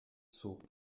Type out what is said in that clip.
zog